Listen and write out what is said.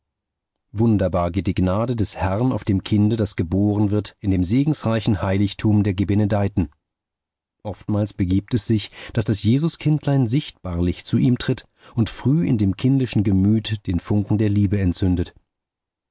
wunderbar geht die gnade des herrn auf dem kinde das geboren wird in dem segensreichen heiligtum der gebenedeiten oftmals begibt es sich daß das jesuskindlein sichtbarlich zu ihm tritt und früh in dem kindischen gemüt den funken der liebe entzündet